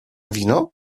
wino